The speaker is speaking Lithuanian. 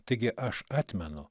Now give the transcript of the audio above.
taigi aš atmenu